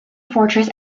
fortress